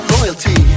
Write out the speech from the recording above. Loyalty